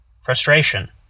frustration